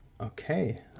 Okay